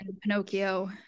Pinocchio